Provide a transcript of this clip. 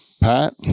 Pat